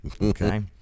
Okay